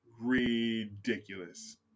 ridiculous